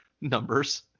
numbers